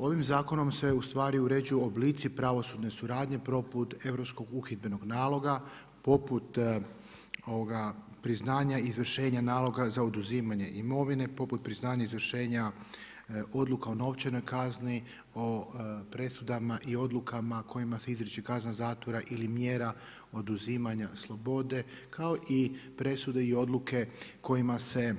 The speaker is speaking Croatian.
Ovim zakonom se ustvari uređuju oblici pravosudne suradnje poput Europskog uhidbenog naloga, poput priznanja izvršenja naloga za oduzimanje imovine, poput priznanja izvršenja odluka o novčanoj kazni, o presudama i odlukama kojima se izriče kazna zatvora ili mjera oduzimanja slobode kao i presude i odluke kojima se